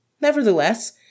Nevertheless